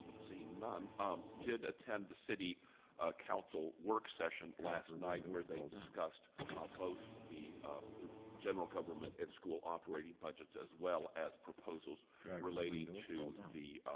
seeing none um did attend the city council work session last night where they discussed both the general government and school operating budgets as well as proposals relating to the